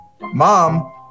Mom